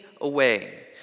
away